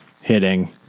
hitting